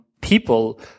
people